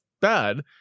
bad